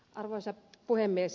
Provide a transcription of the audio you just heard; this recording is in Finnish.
arvoisa puhemies